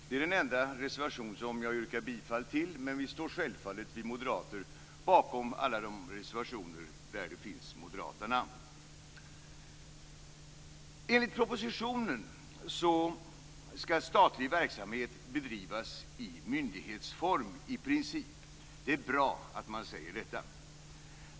Det är den enda reservation som jag yrkar bifall till, men vi moderater står självfallet bakom alla de reservationer där det finns moderata namn. Enligt propositionen skall statlig verksamhet i princip bedrivas i myndighetsform. Det är bra att man säger detta.